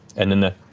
and then the